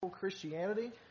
Christianity